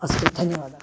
अस्तु धन्यवादः